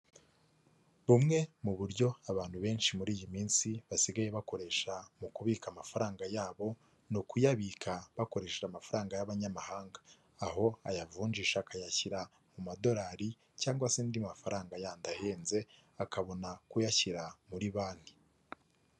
Bumwe mu buryo abantu benshi muri iyi minsi basigaye bakoresha mu kubika amafaranga yabo ni ukuyabika bakoresheje amafaranga y'abanyamahanga, aho ayavunjisha akayashyira mu madorari cyangwa se andi mafaranga y'andi ahenze akabona kuyashyira muri banki.